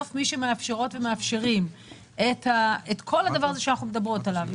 מי שמאפשרות ומאפשרים את כל הדבר הזה שאנחנו מדברות עליו,